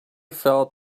felt